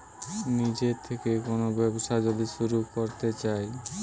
নিজের থেকে কোন ব্যবসা যদি শুরু করতে চাই